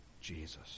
Jesus